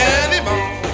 anymore